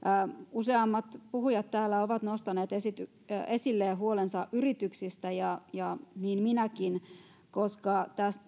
useammat puhujat täällä ovat nostaneet esille huolensa yrityksistä ja ja niin minäkin koska tästä